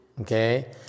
Okay